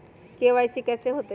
KYC कैसे होतई?